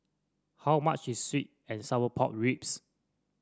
how much is sweet and Sour Pork Ribs